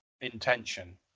intention